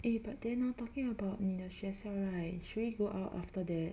eh but then orh talking about 你的学生 right should we go out after that